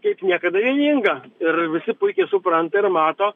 kaip niekada vieninga ir visi puikiai supranta ir mato